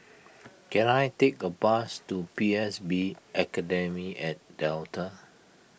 can I take a bus to P S B Academy at Delta